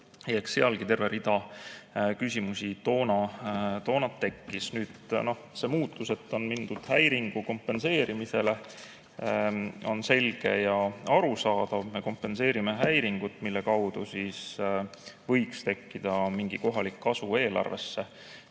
Eks sealgi terve rida küsimusi toona tekkis. See muudatus, et on mindud häiringu kompenseerimisele, on selge ja arusaadav. Kompenseerime häiringut ja selle kaudu võiks tekkida mingi kasu kohalikku eelarvesse.